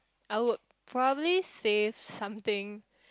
I would probably save something